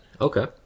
Okay